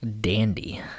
Dandy